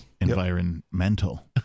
Environmental